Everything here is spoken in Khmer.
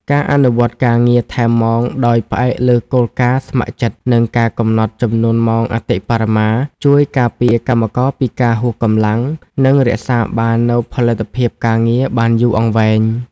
ការអនុវត្តការងារថែមម៉ោងដោយផ្អែកលើគោលការណ៍ស្ម័គ្រចិត្ត និងការកំណត់ចំនួនម៉ោងអតិបរមា ជួយការពារកម្មករពីការហួសកម្លាំង និងរក្សាបាននូវផលិតភាពការងារបានយូរអង្វែង។